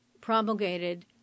promulgated